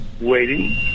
Waiting